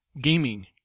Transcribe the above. gaming